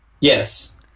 Yes